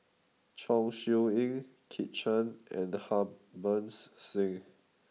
Chong Siew Ying Kit Chan and Harbans Singh